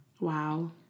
Wow